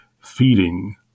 feeding